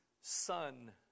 son